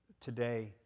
today